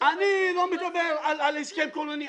אני לא מדבר על הסכם כוללני,